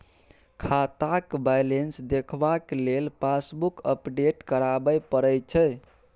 खाताक बैलेंस देखबाक लेल पासबुक अपडेट कराबे परय छै